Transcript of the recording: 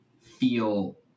feel